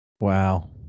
Wow